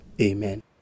Amen